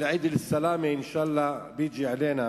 אל-עיד אל-סלאמה אינשאללה ביג'י עלינא,